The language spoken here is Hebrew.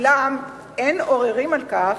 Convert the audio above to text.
ואולם, אין עוררין על כך